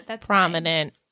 prominent